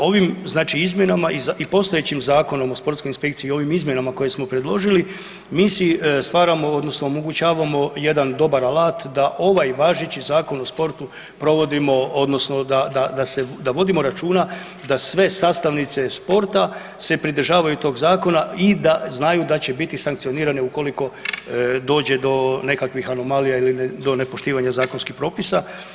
Ovim znači izmjenama i postojećim Zakonom o sportskoj inspekciji i ovim izmjenama koje smo predložili mi si stvaramo odnosno omogućavamo jedan dobar alat da ovaj važeći Zakon o sportu provodimo odnosno da vodimo računa da sve sastavnice sporta se pridržavaju tog zakona i da znaju da će biti sankcionirane ukoliko dođe do nekakvih anomalija ili do nepoštivanja zakonskih propisa.